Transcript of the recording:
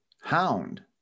Hound